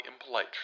impolite